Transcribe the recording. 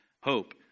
hope